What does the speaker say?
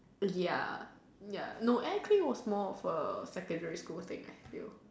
but ya ya no air clay was more of a secondary school thing still